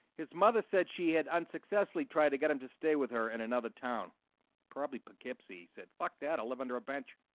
his mother said she had unsuccessfully tried to get him to stay with her in another town probably poughkeepsie said fuck that. i live under a bench